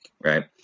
right